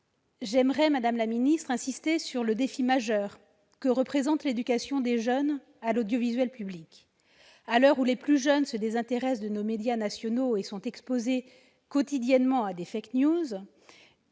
j'aimerais insister sur le défi majeur que représente l'éducation des jeunes à l'audiovisuel public. À l'heure où les plus jeunes se désintéressent de nos médias nationaux et sont exposés quotidiennement à des,